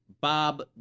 bob